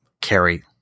carry